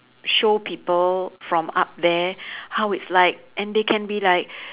show people from up there how it's like and they can be like